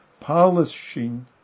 polishing